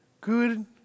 Good